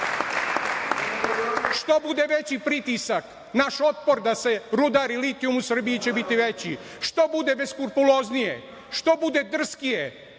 Što bude veći pritisak, naš otpor da se rudari litijum u Srbiji će biti veći, što bude beskrupuloznije, što bude drskije